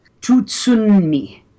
Tutsunmi